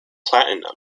platinum